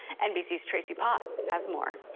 nbc's tracy potts has more.